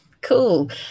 Cool